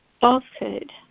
falsehood